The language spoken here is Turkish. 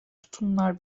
tutumlar